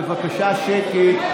בבקשה שקט.